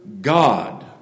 God